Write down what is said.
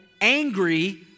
angry